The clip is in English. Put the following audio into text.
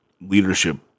leadership